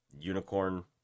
unicorn